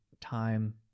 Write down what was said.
time